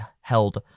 held